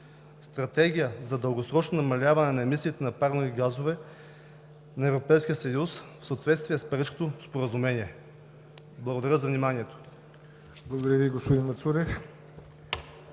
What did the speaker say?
„Стратегия за дългосрочно намаляване на емисиите на парникови газове на ЕС в съответствие с Парижкото споразумение“.“ Благодаря за вниманието.